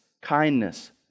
kindness